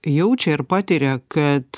jaučia ir patiria kad